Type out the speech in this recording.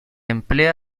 emplea